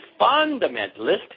fundamentalist